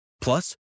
Plus